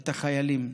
את החיילים.